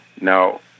Now